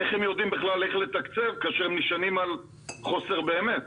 איך הם יודעים בכלל איך לתקצב כאשר הם נשענים על חוסר באמת?